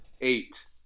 Eight